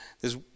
theres